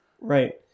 Right